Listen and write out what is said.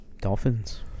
Dolphins